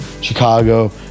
Chicago